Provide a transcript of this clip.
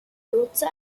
lotse